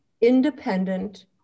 independent